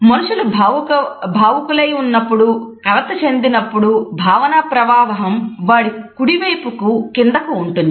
మనుషులు భావుకులై ఉన్నప్పుడు కలత చెందినప్పుడు భావన ప్రవాహం వారి కుడివైపు కిందకు ఉంటుంది